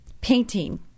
painting